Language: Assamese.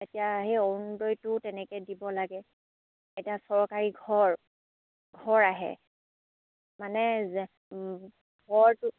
এতিয়া সেই অৰুণোদয়টো তেনেকৈ দিব লাগে এতিয়া চৰকাৰী ঘৰ ঘৰ আহে মানে ঘৰটো